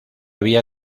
vía